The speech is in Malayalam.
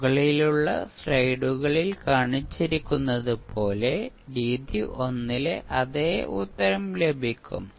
മുകളിലുള്ള സ്ലൈഡുകളിൽ കാണിച്ചിരിക്കുന്നതുപോലെ രീതി 1 ലെ അതേ ഉത്തരം ലഭിക്കും